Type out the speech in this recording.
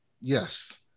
Yes